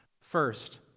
first